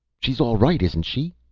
she's all right, isn't she?